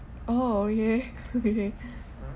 oh okay okay